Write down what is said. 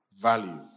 value